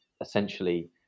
essentially